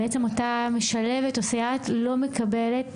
בעצם אותה משלבת לא מקבלת